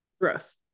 gross